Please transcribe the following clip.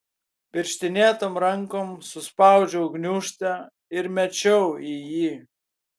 pirštinėtom rankom suspaudžiau gniūžtę ir mečiau į jį